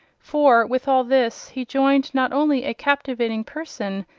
for with all this, he joined not only a captivating person,